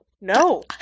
no